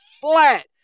flat